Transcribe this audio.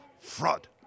fraud